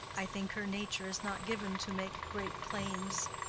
i think her nature is not given to make great claims.